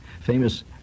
famous